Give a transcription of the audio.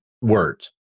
words